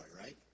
right